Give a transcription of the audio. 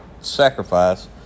sacrifice